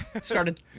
started